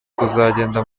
kuzagenda